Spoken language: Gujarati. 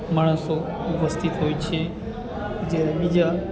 માણસો વસ્તી હોય છે જ્યારે બીજા